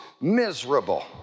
miserable